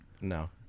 No